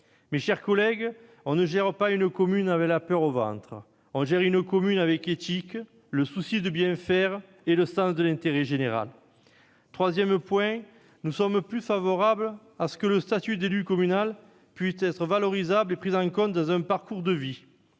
Mes chers collègues, on n'administre pas une commune avec la peur au ventre ; on l'administre avec éthique, avec le souci de bien faire et avec le sens de l'intérêt général. Troisième remarque : nous sommes plus que favorables à ce que le statut d'élu communal soit valorisable et pris en compte dans un parcours de vie.